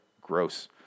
gross